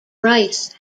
rice